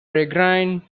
peregrine